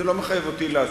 זה לא מחייב אותי להשיב.